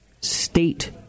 state